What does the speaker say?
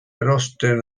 erosten